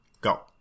go